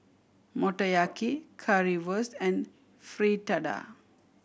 Motoyaki Currywurst and Fritada